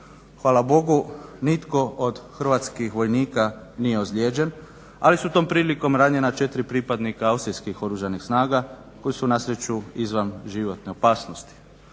Hvala Bogu nitko od hrvatskih vojnika nije ozlijeđen ali su tom prilikom ranjena 4 pripadnika Austrijskih oružanih snaga koji su na sreću izvan životne opasnosti.